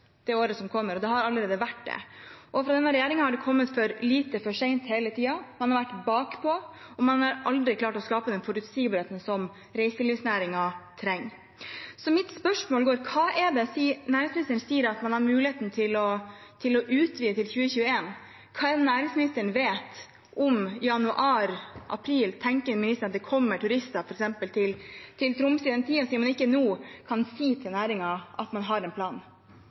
det året som kommer, og det har allerede vært det. Fra denne regjeringen har det kommet for lite, for sent – hele tiden. Man har vært bakpå, og man har aldri klart å skape den forutsigbarheten som reiselivsnæringen trenger. Så mitt spørsmål er: Næringsministeren sier at man har muligheten til å utvide til 2021. Hva er det næringsministeren vet om januar, om april? Tenker ministeren at det kommer turister til f.eks. Troms da, siden man ikke nå kan si til næringen at man har en plan?